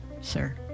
sir